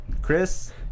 Chris